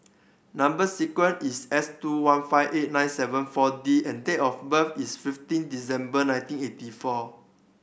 number sequence is S two one five eight nine seven Four D and date of birth is fifteen December nineteen eighty four